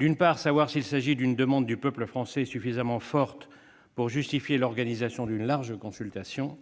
D'une part, s'agit-il d'une demande du peuple français suffisamment forte pour justifier l'organisation d'une large consultation ?